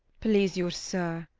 please you, sir,